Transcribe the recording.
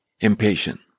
impatient